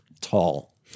tall